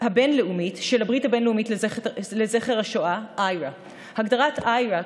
הבין-לאומית של הברית הבין-לאומית לזכר השואה IHRA. הגדרת IHRA,